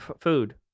food